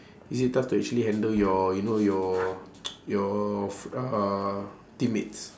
is it tough to actually handle your you know your your uh teammates